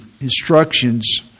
instructions